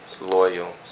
loyal